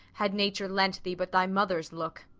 had nature lent thee but thy mother's look,